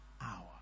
hour